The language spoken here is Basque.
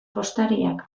postariak